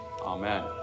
Amen